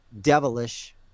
devilish